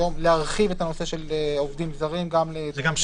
להרחיב את הנושא של העובדים הזרים גם לתחומי